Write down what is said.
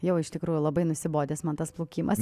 jau iš tikrųjų labai nusibodęs man tas plaukimas